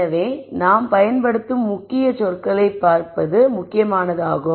எனவே நாம் பயன்படுத்தும் முக்கிய சொற்களைப் பார்ப்பது முக்கியமானதாகும்